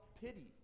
pity